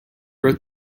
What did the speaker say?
wrote